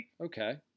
Okay